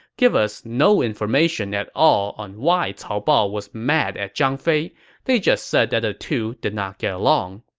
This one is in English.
give us no information at all on why cao bao was mad at zhang fei they just said that the two did not get along.